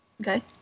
Okay